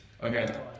Okay